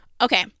Okay